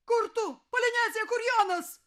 kur tu polinezija kur jonas